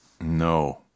No